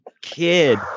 kid